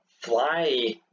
fly